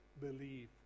believe